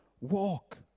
walk